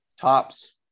Tops